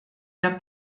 der